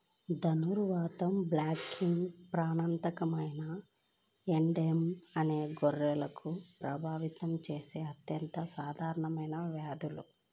ధనుర్వాతం, బ్లాక్లెగ్, ప్రాణాంతక ఎడెమా అనేవి గొర్రెలను ప్రభావితం చేసే అత్యంత సాధారణ వ్యాధులు